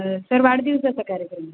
sir वाढदिवसाचा कार्यक्रम आहे